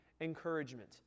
encouragement